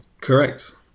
Correct